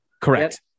Correct